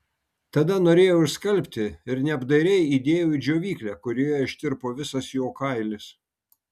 tada norėjau išskalbti ir neapdairiai įdėjau į džiovyklę kurioje ištirpo visas jo kailis